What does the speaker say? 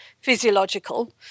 physiological